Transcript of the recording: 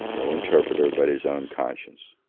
no interpreter but his own conscience.